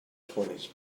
twenties